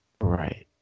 Right